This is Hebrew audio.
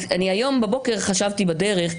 אני היום בבוקר חשבתי בדרך,